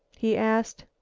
he asked.